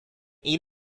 eat